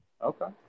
Okay